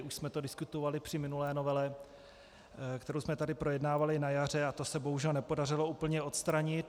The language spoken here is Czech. Už jsme to diskutovali při minulé novele, kterou jsme tady projednávali na jaře, a to se bohužel nepodařilo úplně odstranit.